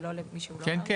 ולא למי שהוא לא בעל רישיון.